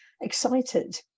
excited